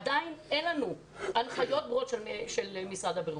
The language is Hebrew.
עדיין אין לנו הנחיות ברורות של משרד הבריאות.